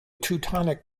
teutonic